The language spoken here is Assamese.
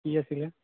কি আছিল